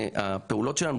הפעולות שלנו,